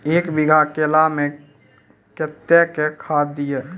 एक बीघा केला मैं कत्तेक खाद दिये?